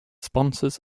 sponsors